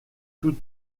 tous